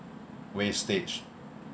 wastage